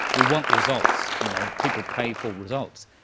we want results. you know, people pay for results.